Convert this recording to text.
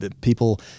people